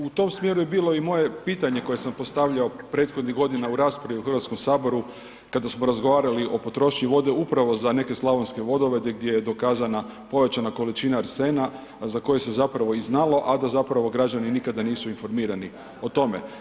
U tom smjeru je bilo i moje pitanje koje sam postavljao prethodnih godina u raspravi u Hrvatskom saboru kada smo razgovarali o potrošnji vode upravo za neke slavonske vodovode gdje je dokazana pojačana količina arsena, a za koje se zapravo i znalo, a da zapravo građani nikada nisu informirani o tome.